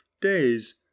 days